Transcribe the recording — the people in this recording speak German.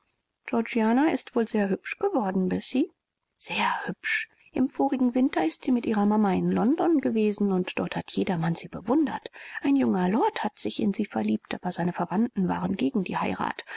ist wohl sehr hübsch geworden bessie sehr hübsch im vorigen winter ist sie mit ihrer mama in london gewesen und dort hat jedermann sie bewundert ein junger lord hat sich in sie verliebt aber seine verwandten waren gegen die heirat